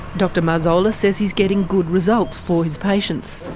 dr marzola says he is getting good results for his patients.